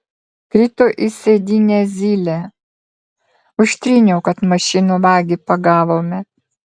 krito į sėdynę zylė užtryniau kad mašinų vagį pagavome